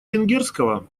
венгерского